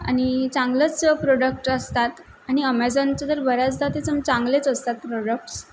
आणि चांगलंच प्रोडक्ट असतात आणि अमेझॉनचं जर बऱ्याचदा ते सम चांगलेच असतात प्रोडक्ट्स